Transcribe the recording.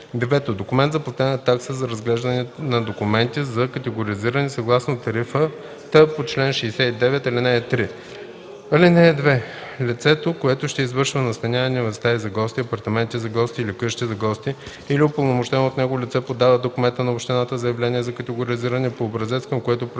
документ за платена такса за разглеждане на документи за категоризиране, съгласно тарифата по чл. 69, ал. 3. (2) Лицето, което ще извършва настаняване в стаи за гости, апартаменти за гости или къщи за гости, или упълномощено от него лице подава до кмета на общината заявление за категоризиране по образец, към което прилага: